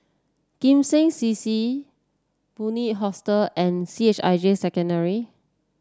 Kim Seng C C Bunc Hostel and C H I J Secondary